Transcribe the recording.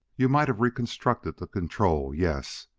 you might have reconstructed the control yes,